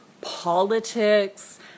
politics